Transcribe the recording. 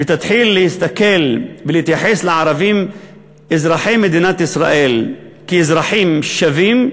ותתחיל להסתכל ולהתייחס לערבים אזרחי מדינת ישראל כאזרחים שווים,